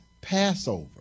Passover